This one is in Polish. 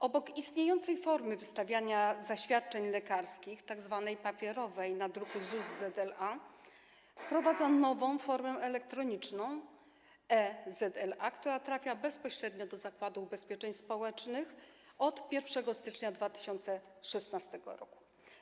Obok istniejącej formy wystawiania zaświadczeń lekarskich, tzw. papierowej, na druku ZUS ZLA wprowadza ona nową formę elektroniczną, e-ZLA, która trafia bezpośrednio do Zakładu Ubezpieczeń Społecznych od 1 stycznia 2016 r.